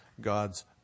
God's